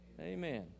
Amen